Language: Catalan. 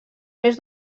més